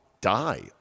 die